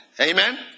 amen